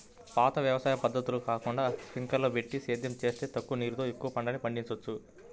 పాత వ్యవసాయ పద్ధతులు కాకుండా స్పింకర్లని బెట్టి సేద్యం జేత్తే తక్కువ నీరుతో ఎక్కువ పంటని పండిచ్చొచ్చు